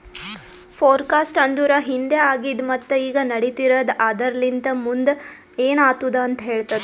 forecast ಅಂದುರ್ ಹಿಂದೆ ಆಗಿದ್ ಮತ್ತ ಈಗ ನಡಿತಿರದ್ ಆದರಲಿಂತ್ ಮುಂದ್ ಏನ್ ಆತ್ತುದ ಅಂತ್ ಹೇಳ್ತದ